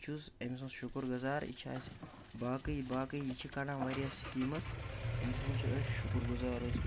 بہٕ چھُس أمۍ سُنٛد شُکُر گُزار یہِ چھِ اَسہِ باقٕے باقٕے یہِ چھِ کڑان واریاہ سِکیٖمٕز أمۍ سُنٛد چھِ أسۍ شُکُر گُزار حظ